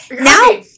Now